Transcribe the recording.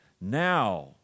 now